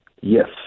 Yes